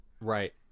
Right